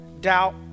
doubt